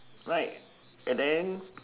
right and then